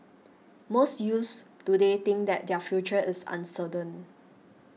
most youths today think that their future is uncertain